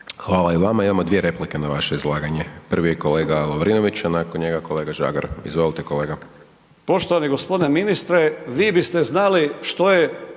Hvala i vama. Imamo 2 replike na vaše izlaganje. Prvi je kolega Lovrinović, a nakon njega kolega Žagar, izvolite kolega.